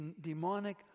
demonic